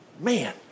Man